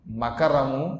Makaramu